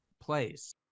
place